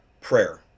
prayer